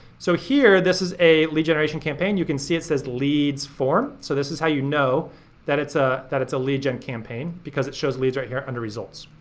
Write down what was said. so here this is a lead generation campaign. yu can see that it says leads form. so this is how you know that it's ah that it's a lead gen campaign because it shows leads right here under results.